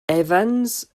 evans